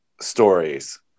stories